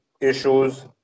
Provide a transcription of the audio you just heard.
issues